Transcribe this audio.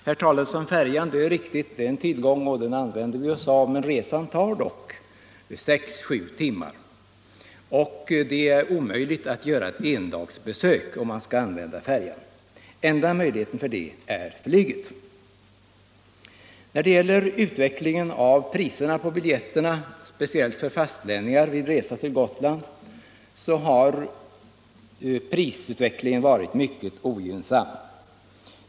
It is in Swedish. Färjetrafiken är det enda alternativet, men resan med färjorna tar dock sex-sju timmar. Enda möjligheten att göra ett endagsbesök på fastlandet är att ta flyget. Utvecklingen av biljettpriserna, speciellt för fastlänningar vid resa med flyg till Gotland, har varit mycket ogynnsam.